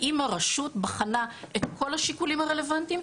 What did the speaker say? האם הרשות בחנה את כל השיקולים הרלוונטיים,